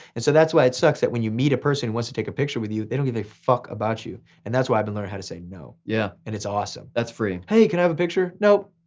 and so that's why it sucks that when you meet a person who wants to take a picture with you and they don't give a fuck about you. and that's why been learning how to say no. yeah. and it's awesome. that's freeing. hey can i have a picture? no,